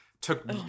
took